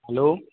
hello